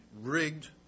rigged